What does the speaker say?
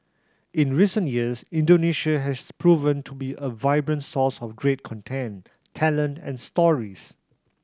in recent years Indonesia has proven to be a vibrant source of great content talent and stories